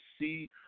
see